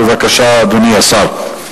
בבקשה, אדוני השר.